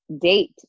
date